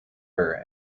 her